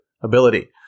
ability